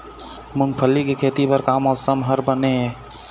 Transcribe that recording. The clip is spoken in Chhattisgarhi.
मूंगफली के खेती बर का मौसम हर बने ये?